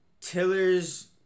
Tiller's